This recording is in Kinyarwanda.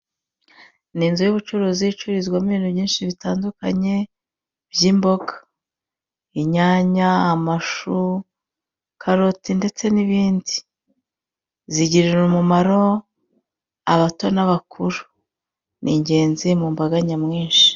Ni inzu y'ubucuruzi icururizwamo ibintu byinshi bitandukanye, by'imboga. Inyanya, amashu, karoti, ndetse n'ibindi. Zigirira umumaro abato n'abakuru. Ni ingenzi mu mbaga nyamwinshi.